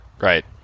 Right